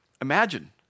imagine